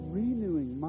renewing